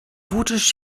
włóczysz